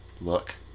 look